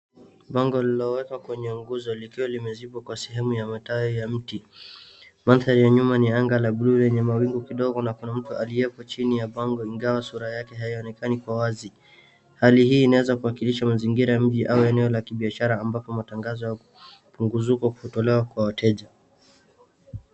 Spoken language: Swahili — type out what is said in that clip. Bango lililowekwa kwenye nguzo likiwa limezibwa kwa sehemu ya matawi ya mti, mandhari ya nyuma ni ya anga ya buluu yenye mawingi kidogo na kuna mtu aliyepo chini ya bango ingawa sura yake haionekani kwa wazi, hali hii inaweza kuwakilisha mazingira ya mji au eneo la kibiashara ambapo matangazo ya punguzuko hutolewa kwa wateja.